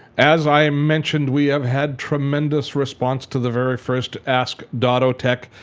as i mentioned, we have had tremendous response to the very first ask dottotech.